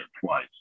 twice